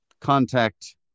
contact-